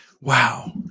wow